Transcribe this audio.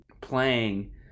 playing